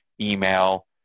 email